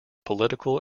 political